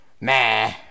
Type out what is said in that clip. Nah